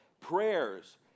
prayers